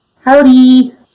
Howdy